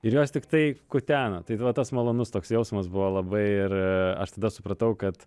ir jos tiktai kutena tai va tas malonus toks jausmas buvo labai ir aš tada supratau kad